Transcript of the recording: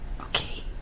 Okay